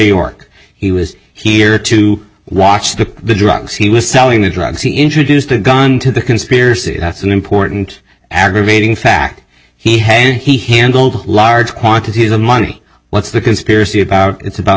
york he was here to watch the the drugs he was selling the drugs he introduced the gun to the conspiracy that's an important aggravating fact he had and he handled large quantities of money what's the conspiracy if it's about